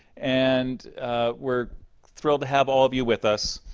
and we're thrilled to have all of you with us.